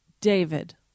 David